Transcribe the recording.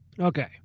Okay